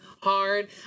hard